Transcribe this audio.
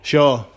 Sure